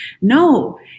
No